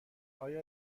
آیا